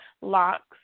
locks